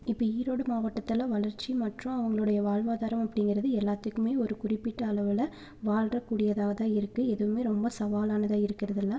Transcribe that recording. இப்போது ஈரோடு மாவட்டத்தில் வளர்ச்சி மற்றும் அவங்களோடய வாழ்வாதாரம் அப்படிங்குறது எல்லாத்துக்குமே ஒரு குறிப்பிட்ட அளவில் வாழ்கிற கூடியதாகதான் இருக்குது இதுவுமே ரொம்ப சவாலானதாக இருக்கிறதில்ல